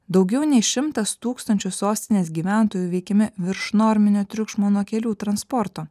daugiau nei šimtas tūkstančių sostinės gyventojų veikiami viršnorminio triukšmo nuo kelių transporto